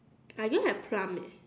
I don't have plum eh